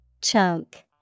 Chunk